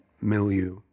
milieu